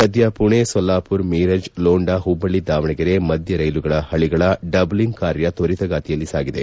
ಸದ್ಯ ಮಣೆ ಸೊಲ್ಲಾಮರ್ ಮೀರಜ್ ಲೋಂಡಾ ಹುಬ್ಬಳ್ಳಿ ದಾವಣಗೆರೆ ಮಧ್ಯೆ ರೈಲ್ವೆ ಹಳಿಗಳ ಡಬ್ಲಿಂಗ್ ಕಾರ್ಯ ಕ್ವರಿತಗತಿಯಲ್ಲಿ ಸಾಗಿದೆ